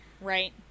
Right